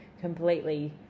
completely